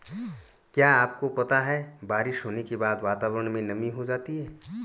क्या आपको पता है बारिश होने के बाद वातावरण में नमी हो जाती है?